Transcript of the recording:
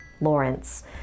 Lawrence